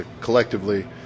collectively